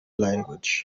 language